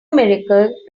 miracle